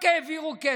רק העבירו כסף,